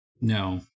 No